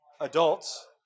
adults